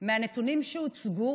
מהנתונים שהוצגו